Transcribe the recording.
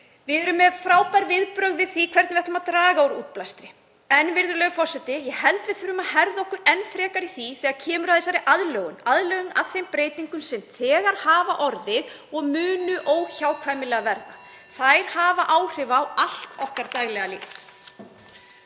Við erum með frábær viðbrögð við því hvernig við ætlum að draga úr útblæstri. En, virðulegur forseti, ég held við þurfum að herða okkur enn frekar í aðlögun að þeim breytingum sem þegar hafa orðið og munu óhjákvæmilega verða. Þær hafa áhrif á allt okkar daglega líf.